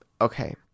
okay